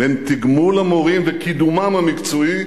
וקידומם המקצועי